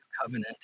covenant